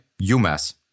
UMass